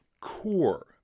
core